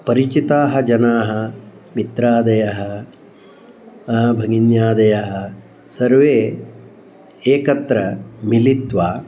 परिचिताः जनाः मित्रादयः भगिन्यादयः सर्वे एकत्र मिलित्वा